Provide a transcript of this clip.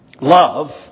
Love